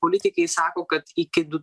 politikai sako kad iki du